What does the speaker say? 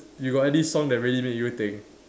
you got any song that really make you think